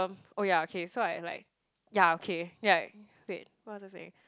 um oh yeah okay so I like yeah okay ya k wait what was i saying